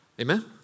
Amen